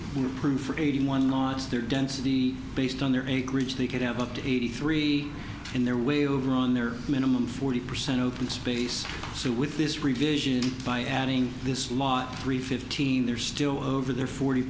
the proof eighty one laws there density based on their acreage they could have up to eighty three in their way over on their minimum forty percent open space so with this revision by adding this lot three fifteen they're still over there forty